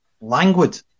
languid